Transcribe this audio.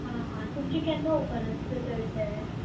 हां हां तुमचें केन्ना ओपन आसता तर तें